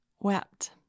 wept